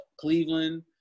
Cleveland